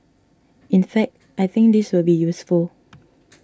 in fact I think this will be useful